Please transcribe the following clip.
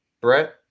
Brett